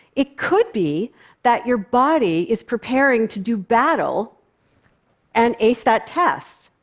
it could be that your body is preparing to do battle and ace that test.